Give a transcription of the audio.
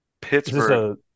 Pittsburgh